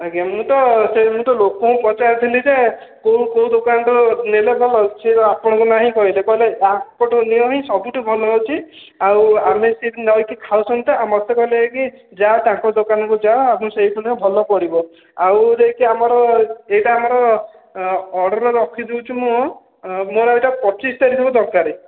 ଆଜ୍ଞା ମୁଁ ତ ସେ ମୁଁ ତ ଲୋକ ଙ୍କୁ ପଚାରିଥିଲି ଯେ କେଉଁ କେଉଁ ଦୋକାନ ରୁ ନେଲେ ଭଲ ସେ ତ ଆପଣ ଙ୍କ ନାଁ ହି କହିଲେ କହିଲେ ୟାଙ୍କ ଠୁ ନିଅ ହିଁ ସବୁଠୁ ଭଲ ଅଛି ଆଉ ଆମେ ସେ ବି ନେଇକି ଖାଉଛନ୍ତି ତ ଆଉ ମୋତେ କହିଲେ ଏଇଠି ଯା ତାଙ୍କ ଦୋକାନ କୁ ଯା ସେଇଠୁ ନେ ଭଲ ପଡ଼ିବ ଆଉ ଯାଇକି ଆମର ଏଇଟା ଆମର ଅର୍ଡର ରଖିଦେଉଛି ମୁଁ ମୋର ଏଇଟା ପଚିଶ ତାରିଖ ଦିନ ଦରକାର